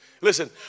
Listen